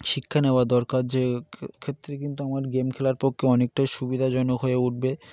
শিক্ষা নেওয়া দরকার যে ক্ষেত্রে কিন্তু আমার গেম খেলার পক্ষে অনেকটাই সুবিধাজনক হয়ে উঠবে